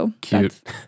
Cute